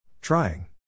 Trying